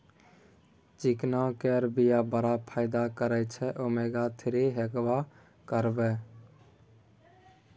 चिकना केर बीया बड़ फाइदा करय छै ओमेगा थ्री हेबाक कारणेँ